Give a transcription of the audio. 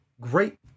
great